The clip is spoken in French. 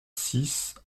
six